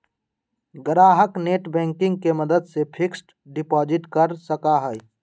ग्राहक नेटबैंकिंग के मदद से फिक्स्ड डिपाजिट कर सका हई